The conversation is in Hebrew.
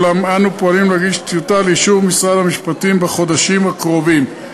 אולם אנו פועלים להגיש טיוטה לאישור משרד המשפטים בחודשים הקרובים.